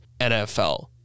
NFL